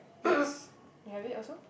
yes you have it also